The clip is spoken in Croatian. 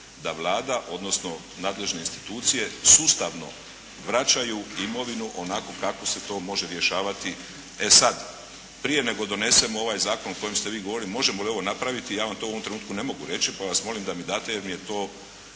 da Vlada odnosno nadležne institucije sustavno vraćaju imovinu onakvu kako se to može rješavati. E sada, prije nego donesemo ovaj zakon o kojem ste vi govorili možemo li ovo napraviti ja vam to u ovom trenutku ne mogu reći pa vas molim da mi date jer mi je to